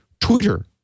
Twitter